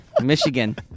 Michigan